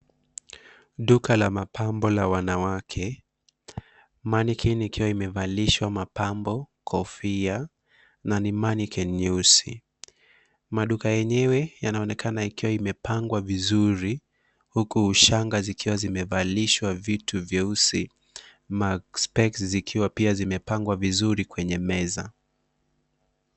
Duka la mapambo la wanawake, Mannequin ikiwa imevalishwa mapambo, kofia na ni Mannequin nyeusi. Maduka yenyewe yanaonekana ikiwa imepangwa vizuri huku shanga zikiwa zimevalishwa vitu vyeusi maspeksi zikiwa zimepangwa vizuri kwenye meza.